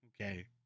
Okay